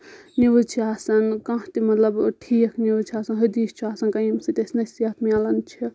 news چھِ آسان کانٛہہ تہِ مطلب ٹھیٖک نِوٕز چھِ آسان حٔدیٖش چھُ آسان کانٛہہ ییٚمہِ سۭتۍ اَسہِ نٔصِیت میلان چھِ